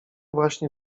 właśnie